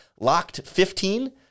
LOCKED15